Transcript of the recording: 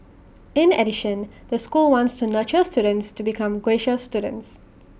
in addition the school wants to nurture students to become gracious students